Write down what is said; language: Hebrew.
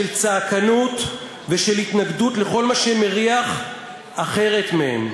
של צעקנות ושל התנגדות לכל מה שמריח אחרת מהם,